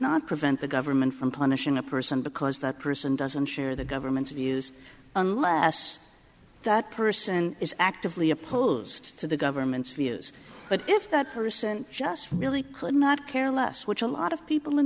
not prevent the government from punishing a person because that person doesn't share the government's abuse unless that person is actively opposed to the government's views but if that person just really could not care less which a lot of people in